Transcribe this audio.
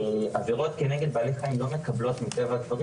עבירות כנגד בעלי חיים לא מקבלות מטבע הדברים